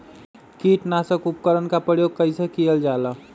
किटनाशक उपकरन का प्रयोग कइसे कियल जाल?